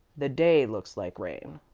the day looks like rain.